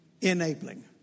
enabling